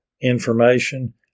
information